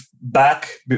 back